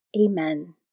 Amen